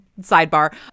sidebar